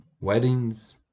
weddings